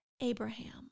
Abraham